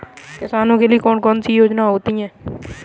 किसानों के लिए कौन कौन सी योजनायें होती हैं?